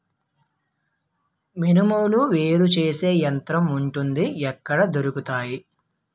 మినుములు వేరు చేసే యంత్రం వుంటుందా? ఎక్కడ దొరుకుతాయి?